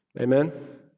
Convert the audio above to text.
Amen